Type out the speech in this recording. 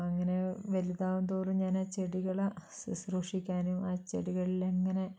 അങ്ങനെ വലുതാകുന്തോറും ഞാൻ ആ ചെടികളെ സുശ്രൂഷിക്കാനും ആ ചെടികളിലെങ്ങനെ